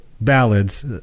ballads